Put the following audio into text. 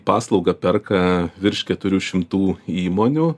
paslaugą perka virš keturių šimtų įmonių